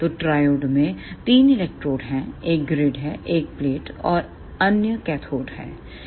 तो ट्रायोडमें तीन इलेक्ट्रोड हैं एक ग्रिड है फिर प्लेट और अन्य कैथोड है